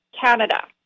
Canada